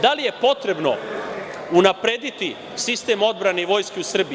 Da li je potrebno unaprediti sistem odbrane Vojske Srbije?